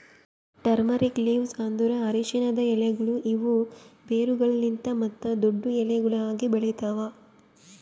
turmeric leaves ಅಂದುರ್ ಅರಶಿನದ್ ಎಲೆಗೊಳ್ ಇವು ಬೇರುಗೊಳಲಿಂತ್ ಮತ್ತ ದೊಡ್ಡು ಎಲಿಗೊಳ್ ಆಗಿ ಬೆಳಿತಾವ್